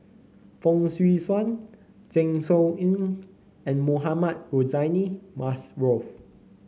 Fong Swee Suan Zeng Shouyin and Mohamed Rozani